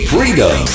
Freedom